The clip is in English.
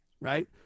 Right